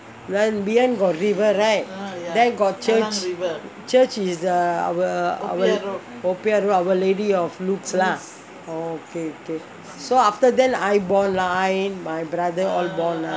then behind got river right then got church church is the our our popiah road our lady of looks lah oh okay okay so after that I born lah I and my brother all born lah